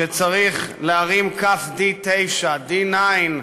שצריך להרים כף D9, D9,